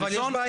אבל יש בעיה,